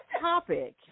topic